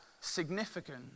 significant